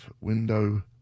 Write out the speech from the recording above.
Window